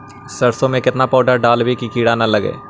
सरसों में केतना पाउडर डालबइ कि किड़ा न लगे?